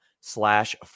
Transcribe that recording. slash